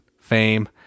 fame